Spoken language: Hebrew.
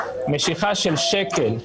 משיכה של שקל,